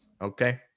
okay